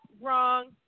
wrong